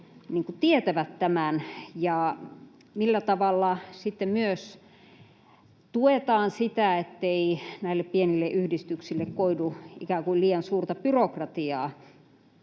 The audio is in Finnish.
tietävät tämän, ja millä tavalla sitten myös tuetaan sitä, ettei näille pienille yhdistyksille koidu liian suurta byrokratiaa